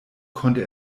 konnte